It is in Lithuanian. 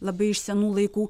labai iš senų laikų